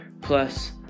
plus